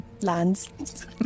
lands